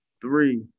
Three